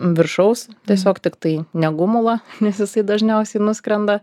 viršaus tiesiog tiktai ne gumulą nes jisai dažniausiai nuskrenda